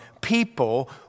people